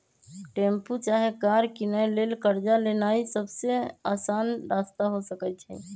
tempo चाहे car किनै लेल कर्जा लेनाइ सबसे अशान रस्ता हो सकइ छै